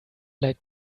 like